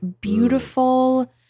beautiful